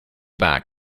back